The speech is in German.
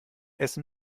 essen